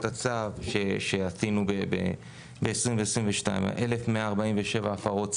הצו שעשינו ב-2022 1,147 הפרות צו.